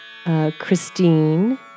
Christine